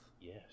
Yes